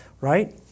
right